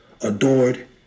adored